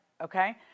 Okay